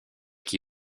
qui